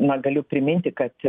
na galiu priminti kad